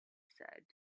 said